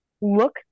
look